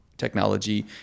Technology